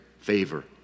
favor